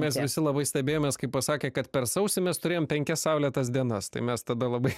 mes visi labai stebėjomės kai pasakė kad per sausį mes turėjom penkias saulėtas dienas tai mes tada labai